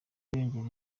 yongereye